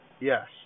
Yes